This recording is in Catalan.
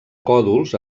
còdols